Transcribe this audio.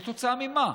כתוצאה ממה?